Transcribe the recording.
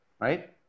right